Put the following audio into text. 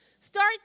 Start